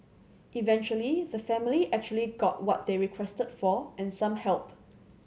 eventually the family actually got what they requested for and some help